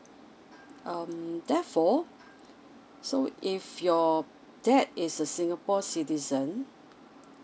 um therefore so if your dad is a singapore citizen